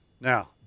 Now